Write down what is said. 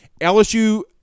LSU